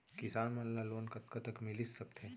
किसान मन ला लोन कतका तक मिलिस सकथे?